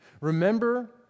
remember